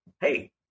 Hey